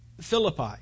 Philippi